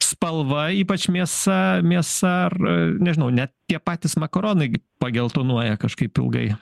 spalva ypač mėsa mėsa ar nežinau net tie patys makaronai pageltonuoja kažkaip ilgai